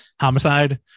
Homicide